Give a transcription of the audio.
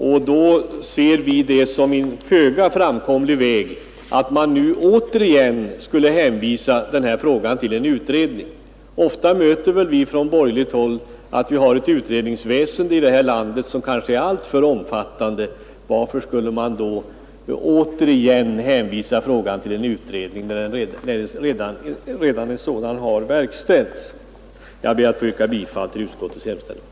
Därför anser vi det vara en föga framkomlig väg att nu återigen hänskjuta frågan till en utredning. Ofta möter vi från borgerligt håll uppfattningen att vi har ett utredningsväsende i det här landet som kanske är alltför omfattande. Varför skulle man då på nytt hänskjuta frågan till en utredning, då en sådan redan verkställts. Herr talman! Jag ber än en gång att få yrka bifall till utskottets hemställan.